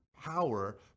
power